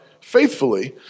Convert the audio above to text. faithfully